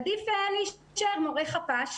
עדיף להישאר מורה חפ"ש,